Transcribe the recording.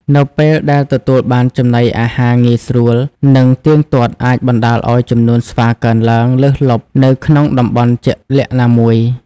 នៅពេលដែលទទួលបានចំណីអាហារងាយស្រួល និងទៀងទាត់អាចបណ្ដាលឱ្យចំនួនស្វាកើនឡើងលើសលប់នៅក្នុងតំបន់ជាក់លាក់ណាមួយ។